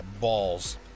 balls